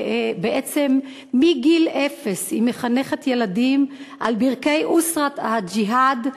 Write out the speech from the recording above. בעצם מגיל אפס היא מחנכת ילדים על ברכי "אוסרת אל-ג'יהאד":